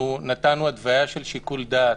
נתנו התווייה של שיקול דעת: